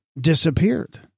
disappeared